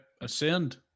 ascend